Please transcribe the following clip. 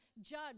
judge